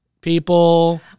people